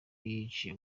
yiciye